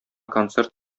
концерт